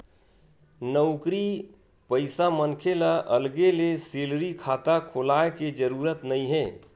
नउकरी पइसा मनखे ल अलगे ले सेलरी खाता खोलाय के जरूरत नइ हे